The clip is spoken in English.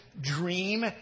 dream